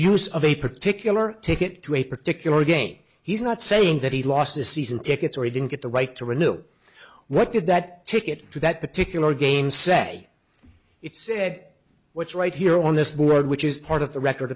use of a particular ticket to a particular game he's not saying that he lost the season tickets or he didn't get the right to renew what did that ticket to that particular game say if said which right here on this board which is part of the record